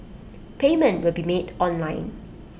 payment will be made online